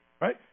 Right